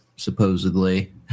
Supposedly